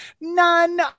None